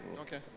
Okay